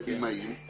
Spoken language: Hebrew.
ובימאים.